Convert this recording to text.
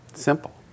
simple